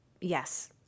Yes